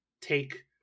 take